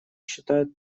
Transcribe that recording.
считают